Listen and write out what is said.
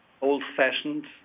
old-fashioned